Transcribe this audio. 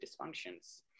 dysfunctions